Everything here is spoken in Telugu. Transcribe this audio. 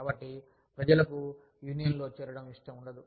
కాబట్టి ప్రజలకు యూనియన్లో చేరడం ఇష్టం ఉండదు